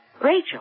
Rachel